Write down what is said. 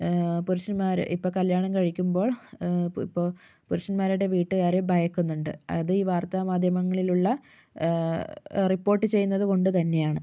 പുരുഷന്മാരെ ഇപ്പോൾ കല്ല്യാണം കഴിക്കുമ്പോൾ ഇപ്പോൾ പുരുഷന്മാരുടെ വീട്ടുകാരെ ഭയക്കുന്നുണ്ട് അത് ഈ വാർത്ത മാധ്യമങ്ങളിലുള്ള റിപ്പോർട്ട് ചെയ്യുന്നത് കൊണ്ടുതന്നെയാണ്